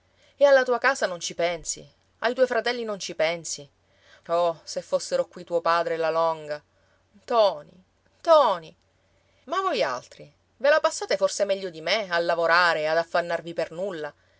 e alla tua casa non ci pensi e ai tuoi fratelli non ci pensi oh se fossero qui tuo padre e la longa ntoni ntoni ma voi altri ve la passate forse meglio di me a lavorare e ad affannarvi per nulla